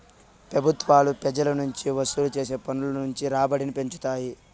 పెబుత్వాలు పెజల నుంచి వసూలు చేసే పన్నుల నుంచి రాబడిని పెంచుతాయి